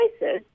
choices